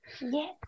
Yes